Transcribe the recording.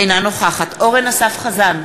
אינה נוכחת אורן אסף חזן,